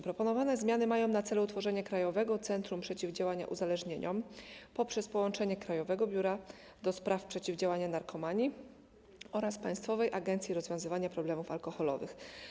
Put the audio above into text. Proponowane zmiany mają na celu utworzenie Krajowego Centrum Przeciwdziałania Uzależnieniom poprzez połączenie Krajowego Biura do Spraw Przeciwdziałania Narkomanii oraz Państwowej Agencji Rozwiązywania Problemów Alkoholowych.